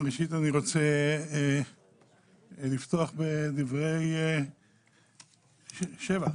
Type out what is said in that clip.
אני רוצה לפתוח בדברי שבח.